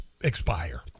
expire